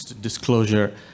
disclosure